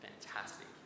Fantastic